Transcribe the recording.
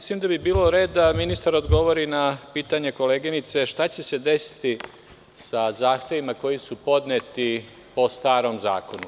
Mislim da bi bilo red da ministar odgovori na pitanje koleginice šta će se desiti sa zahtevima koji su podneti po starom zakonu.